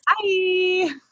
Bye